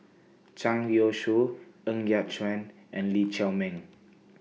Zhang Youshuo Ng Yat Chuan and Lee Chiaw Meng